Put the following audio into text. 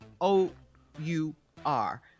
O-U-R